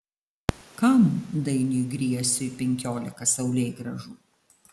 kam dainiui griesiui penkiolika saulėgrąžų